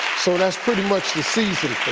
so that's pretty much the season